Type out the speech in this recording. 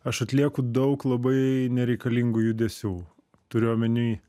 aš atlieku daug labai nereikalingų judesių turiu omeny